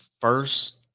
first